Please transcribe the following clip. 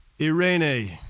Irene